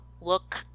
look